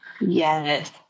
Yes